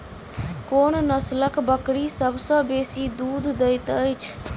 कोन नसलक बकरी सबसँ बेसी दूध देइत अछि?